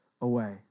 away